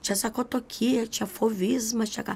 čia sako tokie čia fovizmas čia ką